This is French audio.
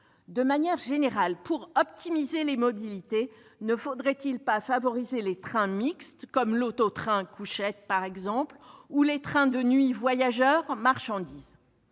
De manière générale, pour optimiser les mobilités, ne faudrait-il pas favoriser les trains mixtes, comme les trains auto-couchettes ou les trains de nuit voyageurs-marchandises ?